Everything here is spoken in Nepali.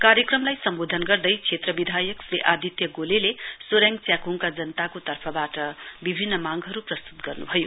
कार्यक्रमलाई सम्बोधन गर्दै क्षेत्र विधायक श्री आदित्य गोलेले सोरेङ च्याखुङका जनताको तर्फवाट विभिन्न मांगहरु प्रस्तुत गर्नुभयो